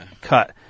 cut